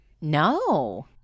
No